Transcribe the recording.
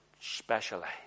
specialize